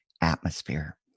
atmosphere